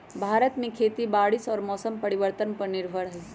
भारत में खेती बारिश और मौसम परिवर्तन पर निर्भर हई